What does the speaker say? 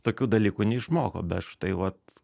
tokių dalykų neišmoko bet štai vat